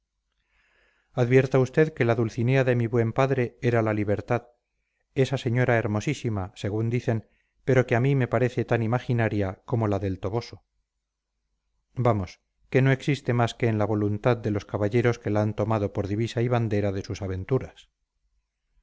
advierta usted que la dulcinea de mi buen padre era la libertad esa señora hermosísima según dicen pero que a mí me parece tan imaginaria como la del toboso vamos que no existe más que en la voluntad de los caballeros que la han tomado por divisa y bandera de sus aventuras